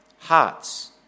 hearts